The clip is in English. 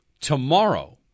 tomorrow